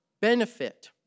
benefit